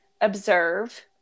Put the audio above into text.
observe